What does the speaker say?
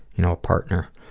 you know, partner.